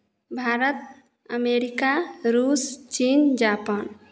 Bharat America रूस चीन Japan